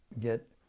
get